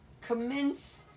commence